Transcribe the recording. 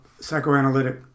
psychoanalytic